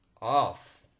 off